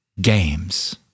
Games